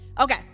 Okay